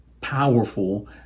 powerful